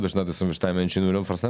2021, בשנת 2022, אם אין שינוי, היא לא מפרסמת?